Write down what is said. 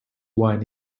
wine